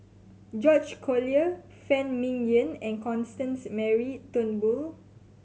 George Collyer Phan Ming Yen and Constance Mary Turnbull